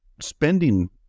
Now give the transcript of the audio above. spending